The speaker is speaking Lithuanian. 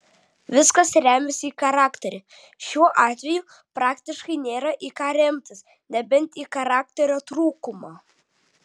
viskas remiasi į charakterį šiuo atveju praktiškai nėra į ką remtis nebent į charakterio trūkumą